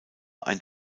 ein